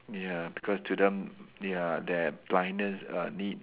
ya because to them ya their blindness err need